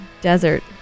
desert